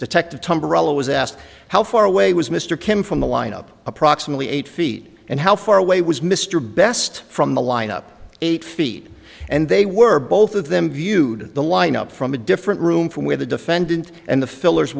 detective tamburello was asked how far away was mr kim from the line up approximately eight feet and how far away was mr best from the line up eight feet and they were both of them viewed the line up from a different room from where the defendant and the fillers